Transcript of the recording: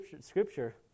scripture